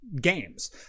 games